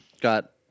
got